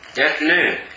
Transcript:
afternoon